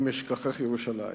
"אם אשכחך ירושלים".